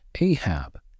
Ahab